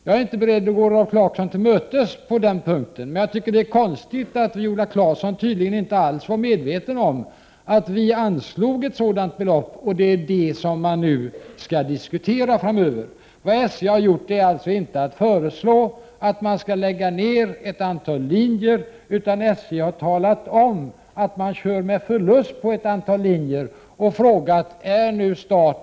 Jag är inte beredd att gå Rolf Clarkson till mötes på den punkten. Det är konstigt att Viola Claesson tydligen inte alls var medveten om att ett sådant belopp anslogs. Det är det beloppet som nu skall diskuteras. SJ har alltså inte föreslagit att man skall lägga ner ett antal linjer, utan SJ har talat om att man kör med förlust på ett antal linjer, och SJ undrar nu om staten via — Prot.